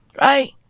Right